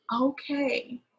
Okay